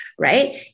Right